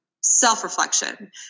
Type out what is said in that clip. self-reflection